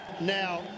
now